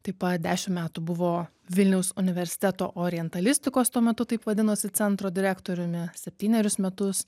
taip pat dešim metų buvo vilniaus universiteto orientalistikos tuo metu taip vadinosi centro direktoriumi septynerius metus